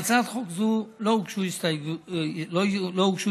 להצעת חוק זו לא הוגשו הסתייגויות, ואבקשכם